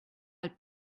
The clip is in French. elle